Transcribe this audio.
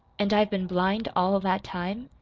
and i've been blind all that time?